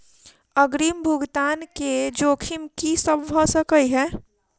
अग्रिम भुगतान केँ जोखिम की सब भऽ सकै हय?